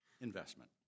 investment